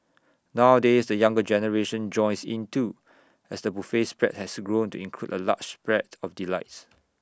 nowadays the younger generation joins in too as the buffet spread has grown to include A large spread of delights